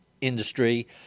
industry